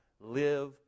Live